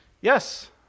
yes